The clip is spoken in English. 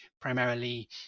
primarily